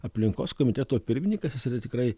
aplinkos komiteto pirmininkas jis yra tikrai